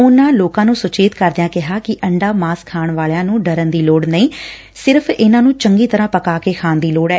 ਉਨੂਾਂ ਲੋਕਾਂ ਨੂੰ ਸੁਚੇਤ ਕਰਿਦਆਂ ਕਿਹਾ ਕਿ ਅੰਡਾ ਮਾਸ ਖਾਣ ਵਾਲਿਆਂ ਨੂੰ ਡਰਨ ਦੀ ਲੋੜ ਨਹੀ ਸਿਰਫ਼ ਇਨਾਂ ਨੂੰ ਚੰਗੀ ਤਰਾ ਪਕਾ ਕੇ ਖਾਣ ਦੀ ਲੋੜ ਏ